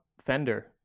fender